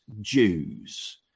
Jews